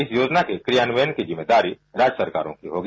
इस योजना की क्रियान्वयन की जिम्मेदारी राज्य सरकारों की होगी